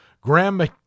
Graham